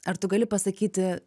ar tu gali pasakyti